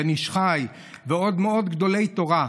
הבן איש חי ועוד מאות גדולי תורה,